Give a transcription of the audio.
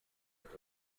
mit